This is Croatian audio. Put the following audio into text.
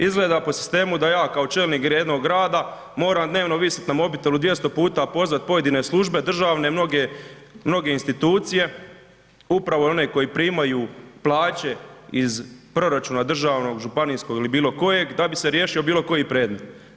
Izgleda po sistemu da ja kao čelnik jednog grada moram dnevno visiti na mobitelu 200 puta pozvati pojedine službe državne, mnoge institucije upravo one koje primaju plaće iz državnog proračuna, županijskog ili bilo kojeg da bi se riješio bilo koji predmet.